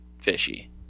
fishy